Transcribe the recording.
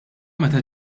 meta